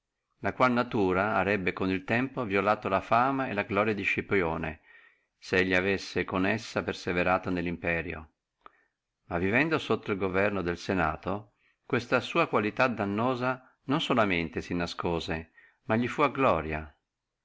la qual natura arebbe col tempo violato la fama e la gloria di scipione se elli avessi con essa perseverato nello imperio ma vivendo sotto el governo del senato questa sua qualità dannosa non solum si nascose ma li fu a gloria